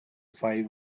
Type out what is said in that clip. five